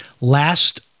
last